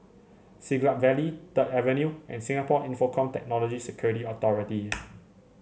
Siglap Valley Third Avenue and Singapore Infocomm Technology Security Authority